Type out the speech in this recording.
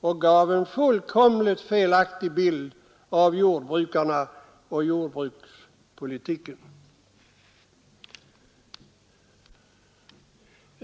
och som gav en fullkomligt felaktig bild av jordbrukarna och jordbrukspolitiken.